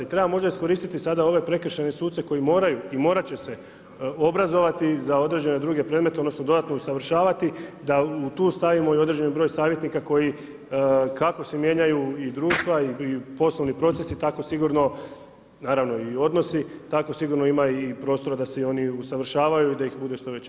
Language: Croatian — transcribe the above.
I treba možda iskoristiti sada ove prekršajne suce koji moraju i morat će se obrazovati za određene druge predmete, odnosno dodatno usavršavati da tu stavimo i određeni broj savjetnika koji kako se mijenjaju i društva i poslovni procesi tako sigurno naravno i odnosi, tako sigurno ima i prostora da se oni usavršavaju, da ih bude što veći broj.